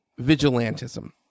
vigilantism